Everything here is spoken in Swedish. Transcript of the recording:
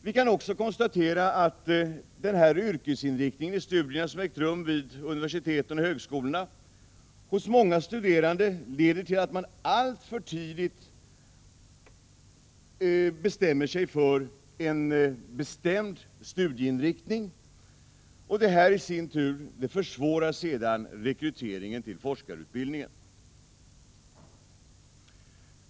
Vi kan vidare konstatera att den yrkesinriktning som studierna vid universiteten och högskolorna fått hos många studerande har lett till att man alltför tidigt bestämmer sig för en viss studieinriktning. Detta i sin tur försvårar sedan rekryteringen till forskarutbildningen.